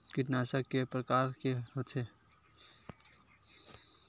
कीटनाशक के प्रकार के होथे?